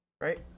right